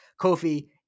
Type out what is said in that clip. Kofi